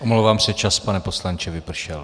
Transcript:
Omlouvám se, čas, pane poslanče, vypršel.